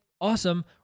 Awesome